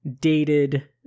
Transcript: dated